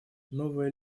новая